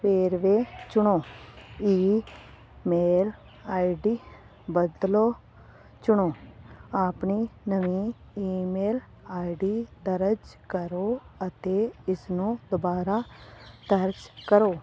ਵੇਰਵੇ ਚੁਣੋ email I D ਵਰਤ ਲਓ ਚੁਣੋ ਆਪਣੀ ਨਵੀਂ ਈਮੇਲ ਆਈ ਡੀ ਦਰਜ ਕਰੋ ਅਤੇ ਇਸਨੂੰ ਦੁਬਾਰਾ ਦਰਜ ਕਰੋ